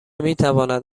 میتواند